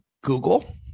Google